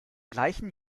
gleichen